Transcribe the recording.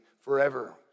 forever